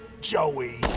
Joey